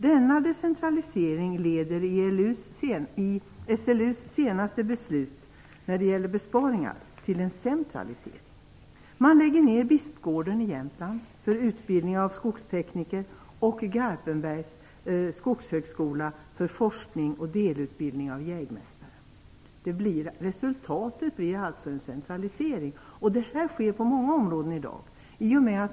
Denna decentralisering leder i SLU:s senaste beslut när det gäller besparingar till en centralisering: Man lägger ned Bispgården i Jämtland för utbildning av skogstekniker och Garpenbergs skogshögskola för forskning och delutbildning av jägmästare. Resultatet blir alltså en centralisering. Detta sker på många områden i dag.